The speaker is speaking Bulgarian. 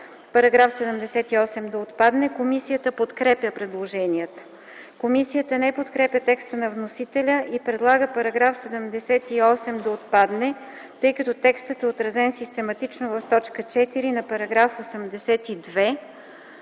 -§ 78 да отпадне. Комисията подкрепя предложението. Комисията не подкрепя текста на вносителя и предлага § 78 да отпадне, тъй като текстът е отразен систематично в т. 4 на § 82.